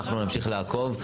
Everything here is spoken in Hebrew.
אנחנו נמשיך לעקוב.